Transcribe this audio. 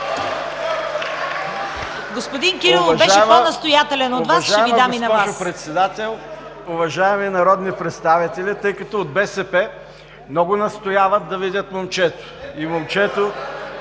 Господин Кирилов беше по-настоятелен от Вас, ще Ви дам думата